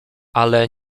ale